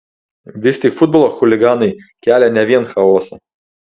vis tik futbolo chuliganai kelia ne vien chaosą